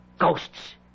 Ghosts